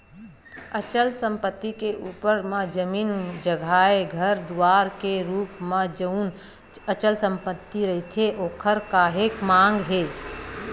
अचल संपत्ति के रुप म जमीन जघाए घर दुवार के रुप म जउन अचल संपत्ति रहिथे ओखर काहेक मांग हे